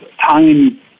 time